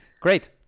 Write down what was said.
great